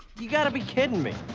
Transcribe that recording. you got to be kidding me.